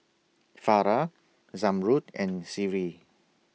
Farah Zamrud and Seri